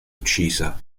uccisa